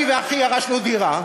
אני ואחי ירשנו דירה,